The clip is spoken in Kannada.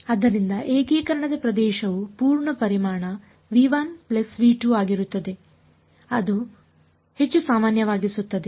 ಆದ್ದರಿಂದ ಏಕೀಕರಣದ ಪ್ರದೇಶವು ಪೂರ್ಣ ಪರಿಮಾಣ ಆಗಿರುತ್ತದೆ ಅದು ಅದು ಹೆಚ್ಚು ಸಾಮಾನ್ಯವಾಗಿಸುತ್ತದೆ